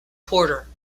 porter